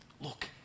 Look